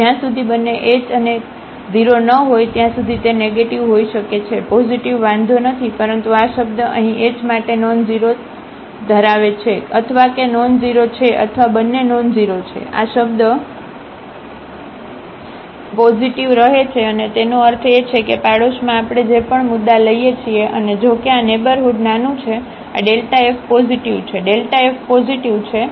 તેથી જ્યાં સુધી બંને h અને કે 0 ન હોય ત્યાં સુધી તે નેગેટીવ હોઈ શકે છે પોઝિટિવ વાંધો નથી પરંતુ આ શબ્દ અહીં h માટે નોન ઝીરો નોન ધરો છે અથવા કે નોન ઝીરો છે અથવા બંને નોન ઝીરો છે આ શબ્દ પોઝિટિવ રહે છે અને તેનો અર્થ એ છે કે પાડોશમાં આપણે જે પણ મુદ્દા લઈએ છીએ અને જો કે આ નેઇબરહુડ નાનું છે આ f પોઝિટિવ છે f પોઝિટિવ છે